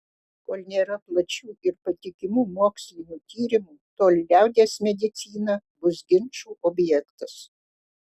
kol nėra plačių ir patikimų mokslinių tyrimų tol liaudies medicina bus ginčų objektas